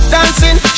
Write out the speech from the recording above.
Dancing